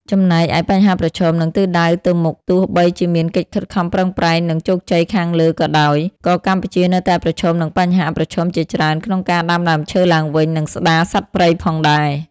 ចំណែកឯបញ្ហាប្រឈម និងទិសដៅទៅមុខទោះបីជាមានកិច្ចខិតខំប្រឹងប្រែង និងជោគជ័យខាងលើក៏ដោយ ក៏កម្ពុជានៅតែប្រឈមនឹងបញ្ហាប្រឈមជាច្រើនក្នុងការដាំដើមឈើឡើងវិញ និងស្ដារសត្វព្រៃផងដែរ។